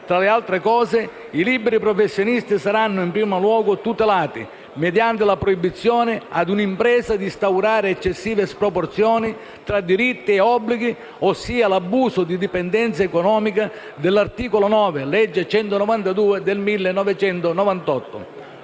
tra le altre cose, i liberi professionisti saranno in primo luogo tutelati mediante la proibizione a un'impresa di instaurare eccessive sproporzioni fra diritti e obblighi, ossia l'abuso di dipendenza economica dell'articolo 9 della legge n.192 del 1998.